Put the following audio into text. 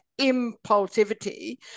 impulsivity